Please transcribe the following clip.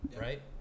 right